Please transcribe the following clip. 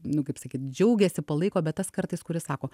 nu kaip sakyt džiaugiasi palaiko bet tas kartais kuris sako